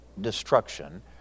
destruction